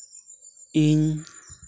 ᱤᱧ